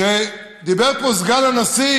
כשדיבר פה סגן הנשיא,